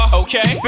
okay